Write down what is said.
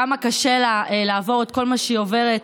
כמה קשה לה לעבור את כל מה שהיא עוברת.